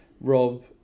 Rob